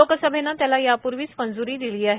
लोकसभेनं त्याला यापूर्वीच मंज्री दिली आहे